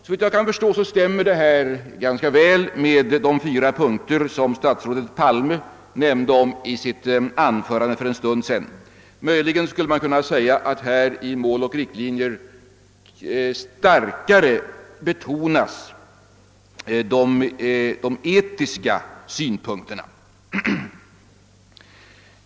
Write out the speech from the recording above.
Såvitt jag kan förstå stämmer detta ganska väl med de fyra punkter som statsrådet Palme nämnde i sitt anförande för en stund sedan. Möjligen skulle man kunna tillägga att de etiska synpunkterna starkare betonas i Mål och riktlinjer.